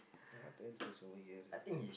what else is over here